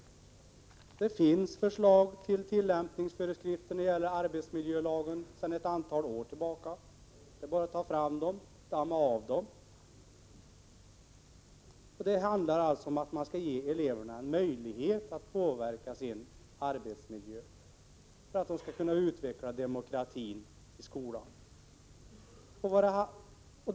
Det finns förslag till tillämpningsföreskrifter för arbetsmiljölagen sedan ett antal år tillbaka. Det är bara att ta fram dem och damma av dem. Det handlar om att ge eleverna en möjlighet att påverka sin arbetsmiljö, för att de skall kunna utveckla demokratin i skolan.